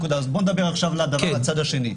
בואו נדבר עכשיו על הצד השני.